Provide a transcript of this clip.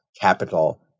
capital